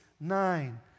nine